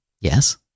Yes